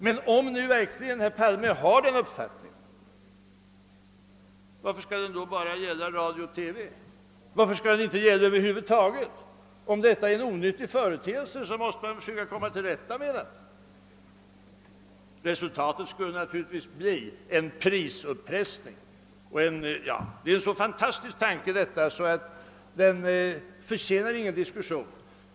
Men om herr Palme verkligen har denna uppfattning, varför skall den då bara gälla radio och TV och inte över huvud taget? Om reklamen är en onyttig företeelse, så måste man ju försöka komma till rätta med saken i alla sammanhang! Resultatet skulle naturligtvis annars bli en prisuppressning. Detta är en så fantastisk tanke att den inte förtjänar någon diskussion.